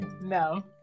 No